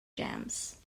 jams